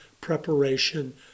preparation